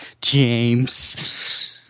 James